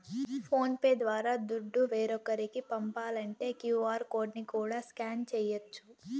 phone pay ద్వారా దుడ్డు వేరోకరికి పంపాలంటే క్యూ.ఆర్ కోడ్ ని కూడా స్కాన్ చేయచ్చు